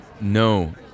No